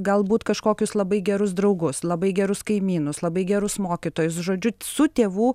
galbūt kažkokius labai gerus draugus labai gerus kaimynus labai gerus mokytojus žodžiu su tėvų